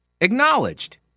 acknowledged